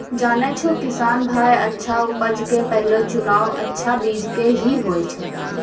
जानै छौ किसान भाय अच्छा उपज के पहलो चुनाव अच्छा बीज के हीं होय छै